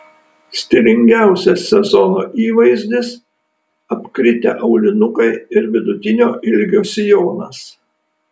stilingiausias sezono įvaizdis apkritę aulinukai ir vidutinio ilgio sijonas